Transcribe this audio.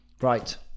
Right